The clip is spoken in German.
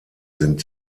sind